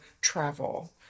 travel